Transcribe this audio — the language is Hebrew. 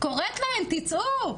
קוראת להן תצאו,